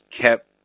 kept